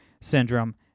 syndrome